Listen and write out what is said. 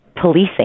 policing